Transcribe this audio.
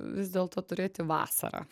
vis dėlto turėti vasarą